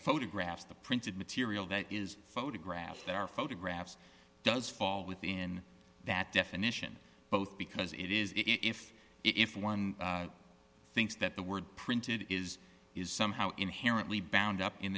photographs the printed material that is photographed there are photographs does fall within that definition both because it is if if one thinks that the word printed is is somehow inherently bound up in